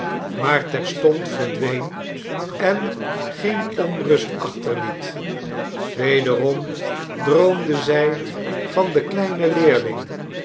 maar terstond verdween en geene onrust achterliet wederom droomde zij van den kleinen leerling